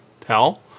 tell